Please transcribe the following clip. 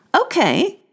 okay